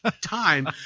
time